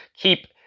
keep